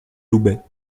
loubet